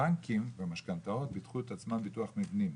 הבנקים והמשכנתאות ביטחו את עצמם ביטוח מבנים.